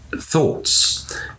thoughts